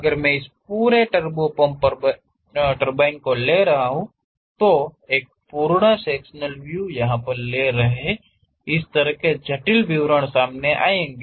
अगर मैं उस पूरे टर्बो पंप टरबाइन को ले रहा हूं तो एक पूर्ण सेक्शनल व्यू यहा पर ले रहा है इस तरह से जटिल विवरण सामने आएगा